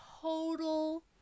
Total